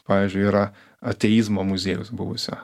pavyzdžiui yra ateizmo muziejaus buvusio